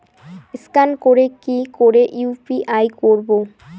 Scan করে কি করে ইউ.পি.আই করবো?